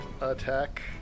attack